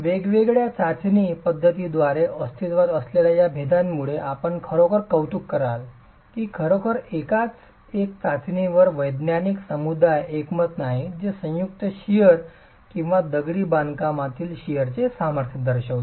वेगवेगळ्या चाचणी पद्धतींमध्ये अस्तित्त्वात असलेल्या या मतभेदांमुळे आपण खरोखर कौतुक कराल की खरोखर एकाच एकाच चाचणीवर वैज्ञानिक समुदायात एकमत नाही जे संयुक्त शिअर किंवा दगडी बांधकामातील शिअरण्याचे सामर्थ्य दर्शवते